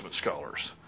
scholars